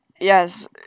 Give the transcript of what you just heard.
yes